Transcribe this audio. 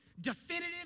definitive